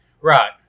Right